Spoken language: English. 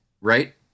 right